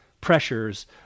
pressures